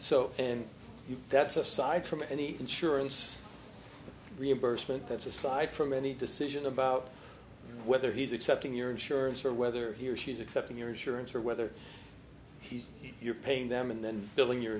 so and that's aside from any insurance reimbursement that's aside from any decision about whether he's accepting your insurance or whether he or she is accepting your insurance or whether he's you're paying them and then billing your